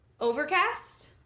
overcast